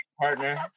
partner